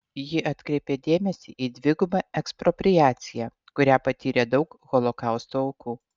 ji atkreipė dėmesį į dvigubą ekspropriaciją kurią patyrė daug holokausto aukų